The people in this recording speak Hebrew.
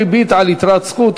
ריבית על יתרת זכות),